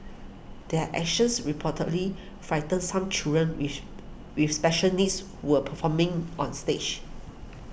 their actions reportedly frightened some children with with special needs who were performing on stage